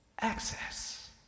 access